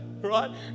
right